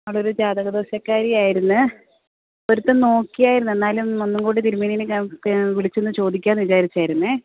അവളൊരു ജാതക ദോഷക്കാരി ആയിരുന്നു പൊരുത്തം നോക്കിയിരുന്നു എന്നാലും ഒന്നും കൂടി തിരുമേനിയെ കാ വിളിച്ചൊന്ന് ചോദിക്കാമെന്ന് വിചാരിച്ചതായിരുന്നേ